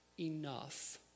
Enough